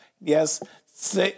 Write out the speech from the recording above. Yes